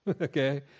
okay